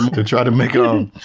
to try to make it, um